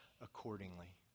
accordingly